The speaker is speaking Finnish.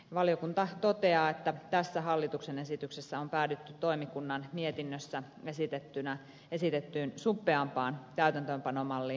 valiokunta toteaa että tässä hallituksen esityksessä on päädytty toimikunnan mietinnössä esitettyyn suppeampaan täytäntöönpanomalliin